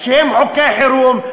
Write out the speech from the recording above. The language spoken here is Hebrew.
שהם חוקי חירום,